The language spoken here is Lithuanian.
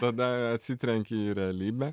tada atsitrenki į realybę